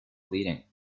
bleeding